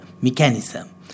mechanism